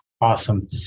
awesome